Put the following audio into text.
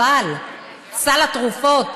אבל סל התרופות,